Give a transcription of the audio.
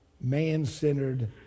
man-centered